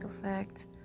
effect